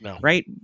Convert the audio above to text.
right